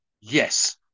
yes